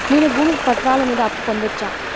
నేను భూమి పత్రాల మీద అప్పు పొందొచ్చా?